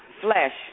flesh